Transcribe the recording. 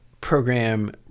program